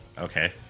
Okay